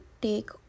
take